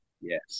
yes